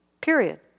Period